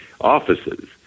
offices